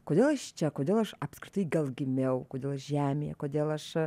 kodėl aš čia kodėl aš apskritai gal gimiau kodėl žemėje kodėl aš